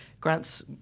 Grant's